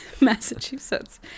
Massachusetts